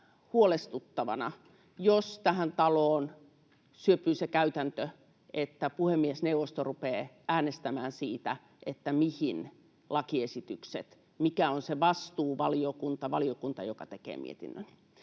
huolestuttavana, jos tähän taloon syöpyy se käytäntö, että puhemiesneuvosto rupeaa äänestämään siitä, mikä on se vastuuvaliokunta, valiokunta, joka tekee mietinnön.